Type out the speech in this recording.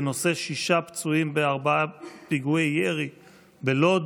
בנושא: שישה פצועים בארבעה פיגועי ירי בלוד,